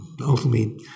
ultimately